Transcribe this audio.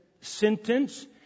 sentence